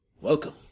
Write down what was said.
Welcome